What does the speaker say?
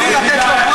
אתם רוצים לתת לו פרס.